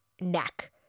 neck